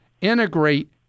integrate